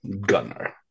Gunner